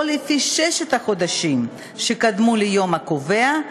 או לפי ששת החודשים שקדמו ליום הקובע,